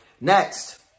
Next